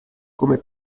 come